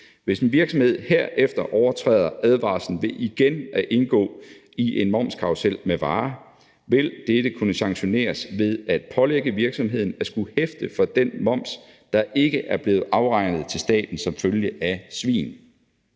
Hvis en virksomhed herefter overtræder advarslen ved igen at indgå i en momskarrusel med varer, vil dette kunne sanktioneres ved at pålægge virksomheden at skulle hæfte for den moms, der ikke er blevet afregnet til staten som følge af svigen.